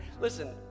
listen